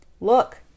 look